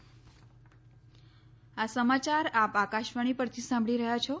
corona appeal આ સમાચાર આપ આકાશવાણી પરથી સાંભળી રહ્યા છો